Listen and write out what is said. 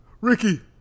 Ricky